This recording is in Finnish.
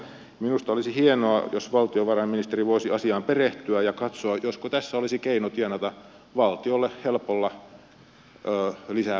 minusta olisi hienoa jos valtiovarainministeri voisi asiaan perehtyä ja katsoa josko tässä olisi keino tienata valtiolle helpolla lisää verotuloja